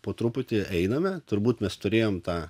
po truputį einame turbūt mes turėjom tą